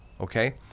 okay